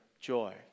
joy